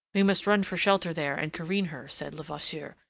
we must run for shelter there, and careen her, said levasseur.